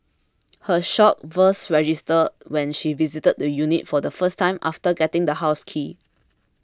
her shock first registered when she visited the unit for the first time after getting the house key